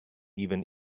even